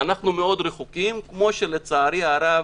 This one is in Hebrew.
אנחנו מאוד רחוקים, כמו שלצערי הרב,